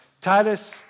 Titus